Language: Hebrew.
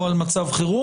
לא על מצב חירום.